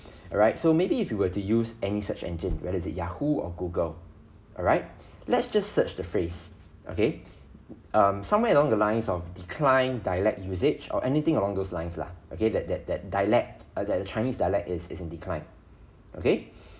alright so maybe if you were to use any search engine whether is it yahoo or google alright let's just search the phrase okay um somewhere along the lines of decline dialect usage or anything along those lines lah okay that that that dialect or the the chinese dialect is is in decline okay